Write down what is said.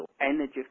energy